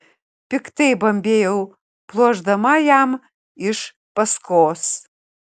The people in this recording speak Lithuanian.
piktai bambėjau pluošdama jam iš paskos